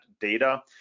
data